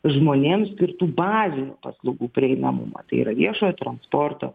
žmonėms skirtų bazinių paslaugų prieinamumą tai yra viešojo transporto